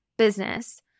Business